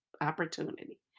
opportunity